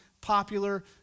popular